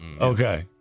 Okay